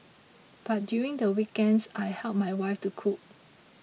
but during the weekends I help my wife to cook